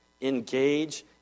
Engage